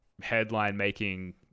headline-making